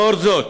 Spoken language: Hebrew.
לאור זאת,